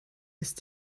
ist